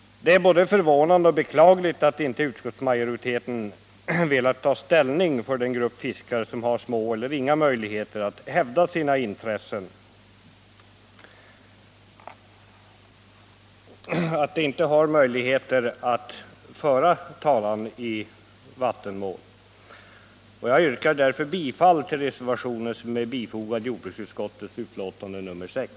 Det är både förvånande och beklagligt att inte utskottsmajoriteten har velat ta ställning för den grupp fiskare som har små eller inga möjligheter att hävda sina intressen genom att de inte får föra talan i vattenmål. Herr talman! Jag yrkar bifall till den reservation som är fogad vid jordbruksutskottets betänkande nr 6.